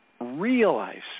realize